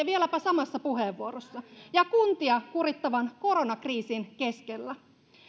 vieläpä samassa puheenvuorossa ja kuntia kurittavan koronakriisin keskellä